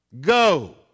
Go